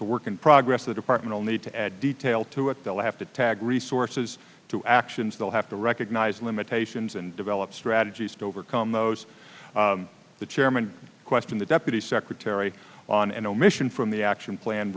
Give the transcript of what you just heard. a work in progress the department need to add detail to it they'll have to tag resources to actions they'll have to recognize limitations and develop strategies to overcome those the chairman question the deputy secretary on an omission from the action plan